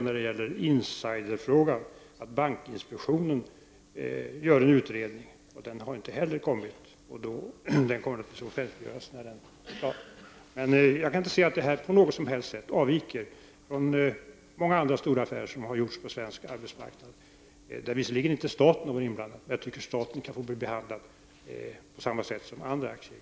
När det gäller insiderfrågan gör bankinspektionen nu en utredning. Den kommer att offentliggöras när den blir klar. Jag kan inte se att detta på något sätt avviker från många andra stora affärer som har gjorts på svensk arbetsmarknad. Staten har visserligen inte varit inblandad, men jag tycker att staten kan få bli behandlad på samma sätt som andra aktieägare.